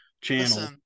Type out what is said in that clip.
channel